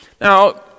Now